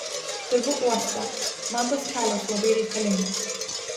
dirbu uoste man tas kelias labai reikalingas